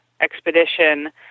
expedition